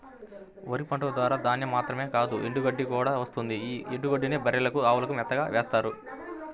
వరి పంట ద్వారా ధాన్యం మాత్రమే కాదు ఎండుగడ్డి కూడా వస్తుంది యీ ఎండుగడ్డినే బర్రెలకు, అవులకు మేతగా వేత్తారు